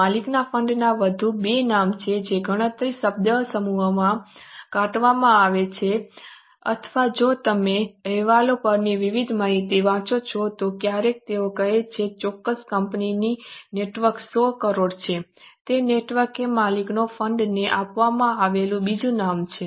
માલિકોના fund ના વધુ બે નામ છે જે ઘણીવાર શબ્દસમૂહમાં ટાંકવામાં આવે છે અથવા જો તમે અહેવાલો પરની વિવિધ માહિતી વાંચો છો તો ક્યારેક તેઓ કહે છે કે ચોક્કસ કંપનીની નેટવર્થ 100 કરોડ છે તે નેટવર્થ એ માલિકોના ફંડ ને આપવામાં આવેલું બીજું નામ છે